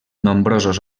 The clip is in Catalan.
nombrosos